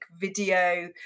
video